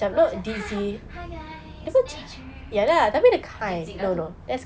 hi guys nature